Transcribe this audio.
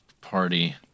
party